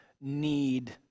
need